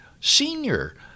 senior